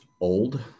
old